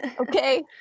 okay